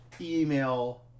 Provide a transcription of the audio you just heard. email